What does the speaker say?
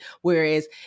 Whereas